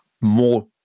more